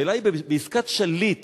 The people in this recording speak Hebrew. השאלה היא: בעסקת שליט,